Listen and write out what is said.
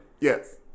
Yes